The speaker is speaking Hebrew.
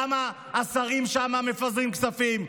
כמה השרים שם מפזרים כספים.